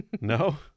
No